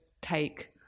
take